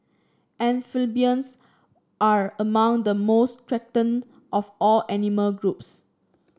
amphibians are among the most threatened of all animal groups